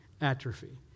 atrophy